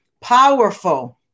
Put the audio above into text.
Powerful